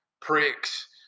pricks